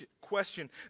question